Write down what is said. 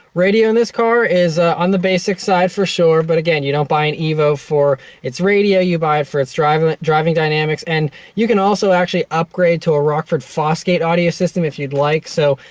radio in this car is on the basic side, for sure, but again, you don't buy an evo for its radio, you buy for its driving driving dynamics, and you can also actually upgrade to a rockford fosgate audio system, if you'd like, so,